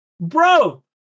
Bro